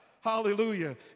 Hallelujah